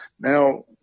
Now